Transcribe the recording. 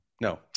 No